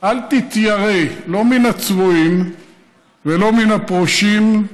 אל תתיירא לא מן הצבועים ולא מן הפרושים,